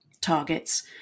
targets